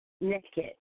Naked